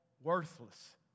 worthless